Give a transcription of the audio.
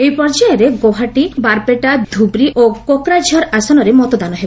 ଏହି ପର୍ଯ୍ୟାୟରେ ଗୌହାଟୀ ବାର୍ପେଟା ଧୁବ୍ରି ଓ କୋକ୍ରାଝର ଆସନରେ ମତଦାନ ହେବ